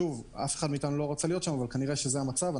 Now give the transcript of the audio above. אף אחד לא רוצה להיות שם, אבל כנראה שזה המצב.